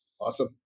Awesome